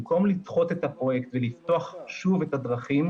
במקום לדחות את הפרויקט ולפתוח שוב את הדרכים,